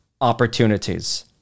opportunities